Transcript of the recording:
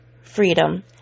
freedom